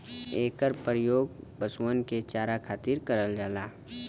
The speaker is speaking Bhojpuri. एकर परियोग पशुअन के चारा खातिर करल जाला